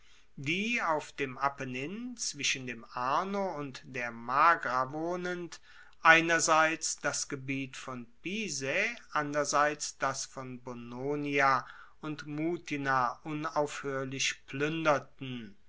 die auf dem apennin zwischen dem arno und der magra wohnend einerseits das gebiet von pisae anderseits das von bononia und mutina unaufhoerlich pluenderten